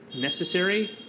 necessary